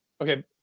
Okay